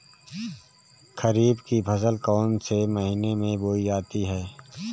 खरीफ की फसल कौन से महीने में बोई जाती है?